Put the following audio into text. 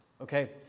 Okay